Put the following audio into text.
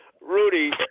Rudy